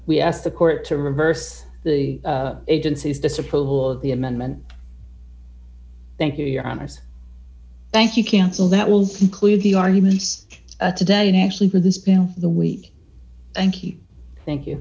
we asked the court to reverse the agency's disapproval of the amendment thank you your honors thank you council that will include the arguments today and actually for this the week thank you thank you